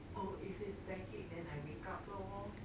oh if it's pancake then I wake up lor